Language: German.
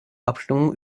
abstimmung